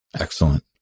Excellent